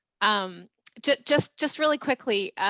um just, just just really quickly,